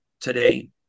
today